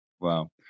Wow